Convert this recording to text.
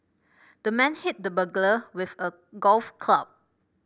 the man hit the burglar with a golf club